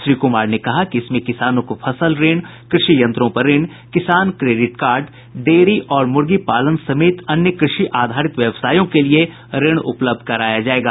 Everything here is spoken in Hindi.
श्री कुमार ने कहा कि इसमें किसानों को फसल ऋण कृषि यंत्रों पर ऋण किसान क्रेडिट कार्ड डेयरी और मुर्गीपालन समेत अन्य कृषि आधारित व्यवसायों के लिए भी ऋण उपलब्ध कराया जायेगा